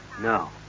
No